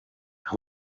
and